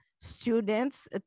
students